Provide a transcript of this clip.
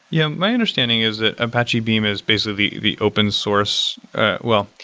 yeah. my understanding is that apache beam is basically the open-source well,